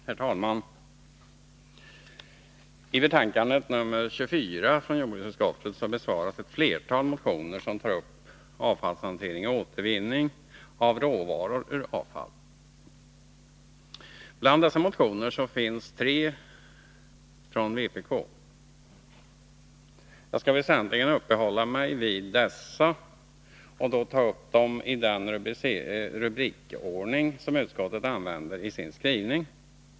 Herr talman! I betänkandet nr 24 från jordbruksutskottet besvaras ett flertal motioner som tar upp avfallshantering och återvinning av råvaror ur avfall. Bland dessa motioner finns tre från vpk. Jag skall väsentligen uppehålla mig vid dessa och då ta upp dem i den rubrikordning som utskottet använder i sin skrivning.